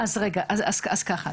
אז ככה,